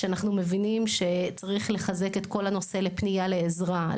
שאנחנו מבינים שצריך לחזק את כל הנושא לפנייה לעזרה,